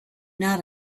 not